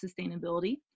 sustainability